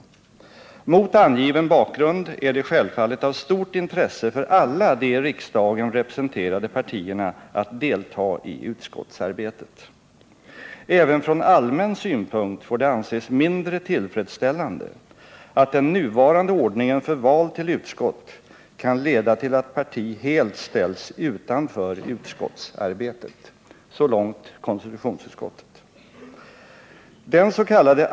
——-- Mot angiven bakgrund är det självfallet av stort intresse för alla de i riksdagen representerade partierna att delta i utskottsarbetet. Även från allmän synpunkt får det anses mindre tillfredsställande att den nuvarande ordningen för val till utskott kan leda till att parti helt ställs utanför utskottsarbetet.” Dens.k.